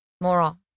Moral